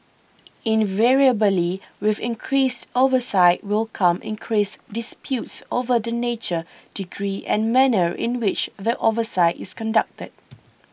invariably with increased oversight will come increased disputes over the nature degree and manner in which the oversight is conducted